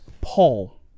Paul